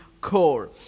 CORE